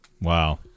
Wow